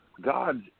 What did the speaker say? God